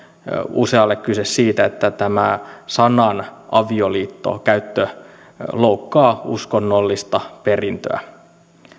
usealle kyse siitä että tämä sanan avioliitto käyttö loukkaa uskonnollista perintöä